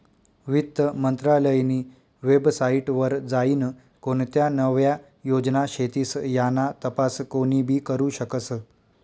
वित्त मंत्रालयनी वेबसाईट वर जाईन कोणत्या नव्या योजना शेतीस याना तपास कोनीबी करु शकस